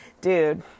dude